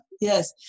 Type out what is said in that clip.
yes